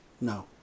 No